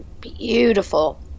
beautiful